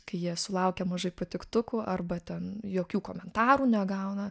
kai jie sulaukia mažai patiktukų arba ten jokių komentarų negauna